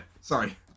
sorry